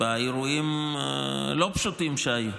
באירועים לא פשוטים שהיו,